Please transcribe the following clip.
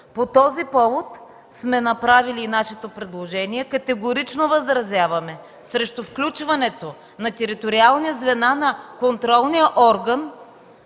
По този повод сме направили нашето предложение. Категорично възразяваме срещу включването на териториални звена на контролния орган